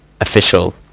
official